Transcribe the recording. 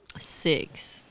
Six